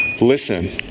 listen